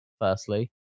firstly